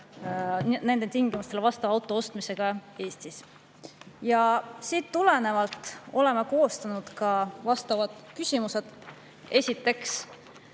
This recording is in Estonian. nendele tingimustele vastava auto ostmisega Eestis. Siit tulenevalt oleme koostanud ka küsimused. Esiteks,